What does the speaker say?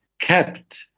kept